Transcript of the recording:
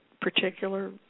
particular